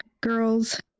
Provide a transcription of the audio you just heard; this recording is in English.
girls